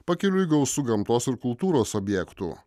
pakeliui gausu gamtos ir kultūros objektų